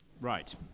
right